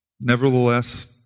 Nevertheless